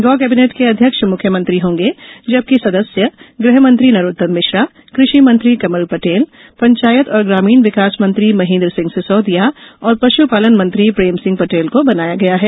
गौ कैबिनेट के अध्यक्ष मुख्यमंत्री होंगे जबकि सदस्य गृहमंत्री नरोत्तम मिश्रा कृषि मंत्री कमल पटेल पंचायत और ग्रामीण विकास मंत्री महेन्द्र सिंह सिसोदिया और पश्पालन मंत्री प्रेम सिंह पटेल को बनाया गया है